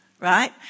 right